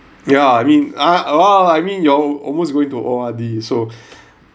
ya I mean ah !wah! I mean you're almost going to O_R_D so